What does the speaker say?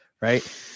right